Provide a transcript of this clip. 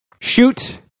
shoot